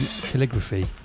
calligraphy